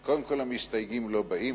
כי המסתייגים לא באים.